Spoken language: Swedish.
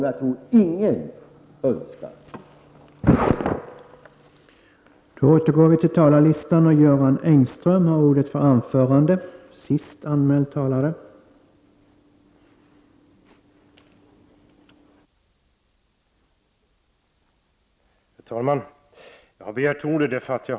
Jag tror ingen önskar det.